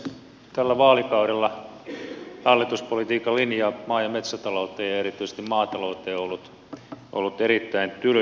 tällä vaalikaudella hallituspolitiikan linja maa ja metsätalouden ja erityisesti maatalouden osalta on ollut erittäin tyly